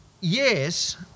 Yes